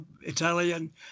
Italian